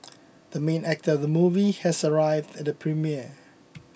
the main actor of the movie has arrived at the premiere